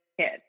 kid